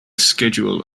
schedule